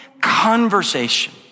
conversation